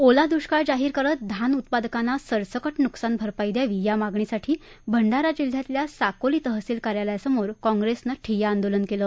ओला दुष्काळ जाहीर करत धान उत्पादकांना सरसकट नुकसानभरपाई द्यावी या मागणीसाठी भंडारा जिल्ह्यातल्या साकोली तहसील कार्यालयासमोर काँग्रसेनं ठिय्या आंदोलन केलं